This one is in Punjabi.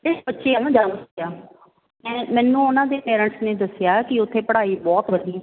ਮੈਨੂੰ ਉਹਨਾਂ ਦੇ ਪੇਰੈਂਟਸ ਨੇ ਦੱਸਿਆ ਕਿ ਉੱਥੇ ਪੜ੍ਹਾਈ ਬਹੁਤ ਵਧੀਆ